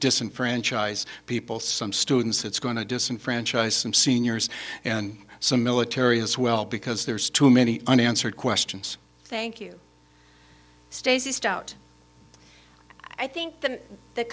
disenfranchise people some students it's going to disenfranchise some seniors and some military as well because there's too many unanswered questions thank you stacey stout i think that